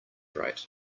rate